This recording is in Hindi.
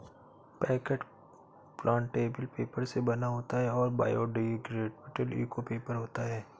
पैकेट प्लांटेबल पेपर से बना होता है और बायोडिग्रेडेबल इको पेपर होता है